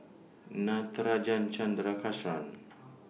Natarajan